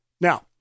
Now